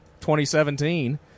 2017